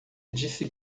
disse